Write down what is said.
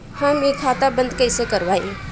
हम इ खाता बंद कइसे करवाई?